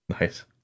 Nice